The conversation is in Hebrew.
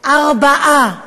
ארבעה.